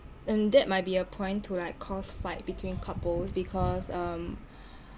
and that might be a point to like cause fight between couples because um